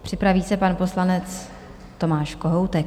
Připraví se pan poslanec Tomáš Kohoutek.